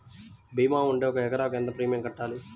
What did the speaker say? భీమా ఉంటే ఒక ఎకరాకు ఎంత ప్రీమియం కట్టాలి?